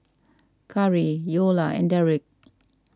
Khari Eola and Darrick